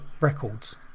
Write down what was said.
records